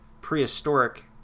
prehistoric